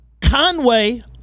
Conway